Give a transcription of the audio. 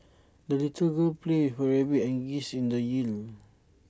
the little girl played her rabbit and geese in the year